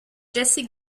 jesse